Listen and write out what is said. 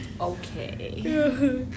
Okay